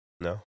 No